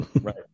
Right